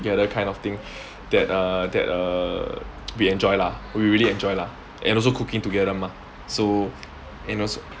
together kind of thing that uh that uh we enjoy lah we really enjoy lah and also cooking together mah so and also